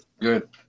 good